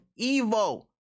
Evo